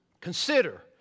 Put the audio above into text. Consider